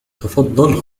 تفضّل